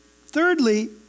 Thirdly